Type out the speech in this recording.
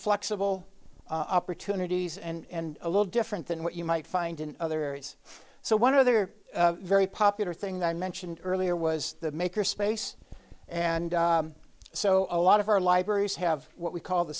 flexible opportunities and a little different than what you might find in other areas so one other very popular thing that i mentioned earlier was the maker space and so a lot of our libraries have what we call the